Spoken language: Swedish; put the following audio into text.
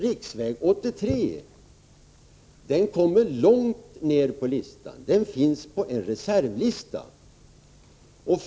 Riksväg 83 kommer långt ner på listan. Den finns på en reservlista.